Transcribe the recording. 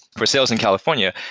for sales in california,